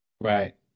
Right